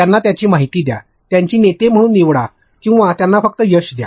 त्यांना त्यांची माहिती द्या त्यांची नेते म्हणून निवडा किंवा त्यांना फक्त यश द्या